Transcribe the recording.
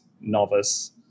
novice